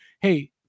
Hey